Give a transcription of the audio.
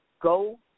Go